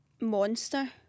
Monster